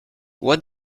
what